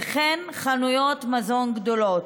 וכן חנויות מזון גדולות.